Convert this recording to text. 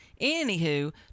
anywho